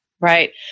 Right